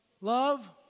Love